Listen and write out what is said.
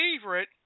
favorite